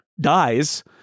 dies